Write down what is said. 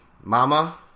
mama